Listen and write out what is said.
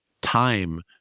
time